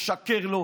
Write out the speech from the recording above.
משקר לו,